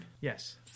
Yes